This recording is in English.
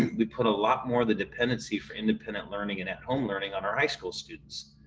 we put a lot more of the dependency for independent learning and at home learning on our high school students.